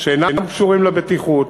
שאינם קשורים לבטיחות,